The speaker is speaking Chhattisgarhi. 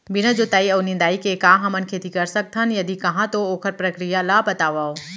बिना जुताई अऊ निंदाई के का हमन खेती कर सकथन, यदि कहाँ तो ओखर प्रक्रिया ला बतावव?